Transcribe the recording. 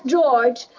George